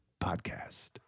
Podcast